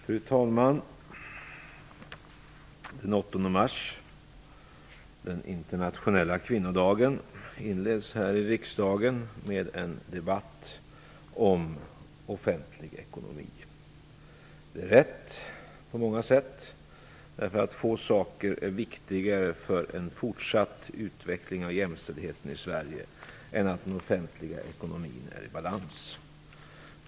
Fru talman! Den 8 mars, den internationella kvinnodagen, inleds här i riksdagen med en debatt om offentlig ekonomi. Det är rätt på många sätt. Få saker är viktigare för en fortsatt utveckling av jämställdheten i Sverige än att den offentliga ekonomin är i balans.